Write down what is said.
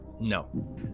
No